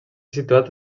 situat